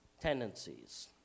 tendencies